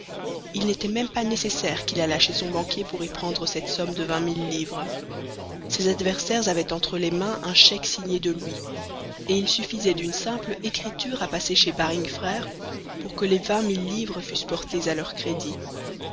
il n'était même pas nécessaire qu'il allât chez son banquier pour y prendre cette somme de vingt mille livres ses adversaires avaient entre les mains un chèque signé de lui et il suffisait d'une simple écriture à passer chez baring frères pour que les vingt mille livres fussent portées à leur crédit